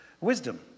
Wisdom